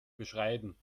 beschreiben